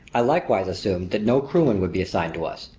i likewise assumed that no crewmen would be assigned to us,